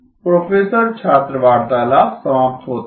professor छात्र वार्तालाप समाप्त होता है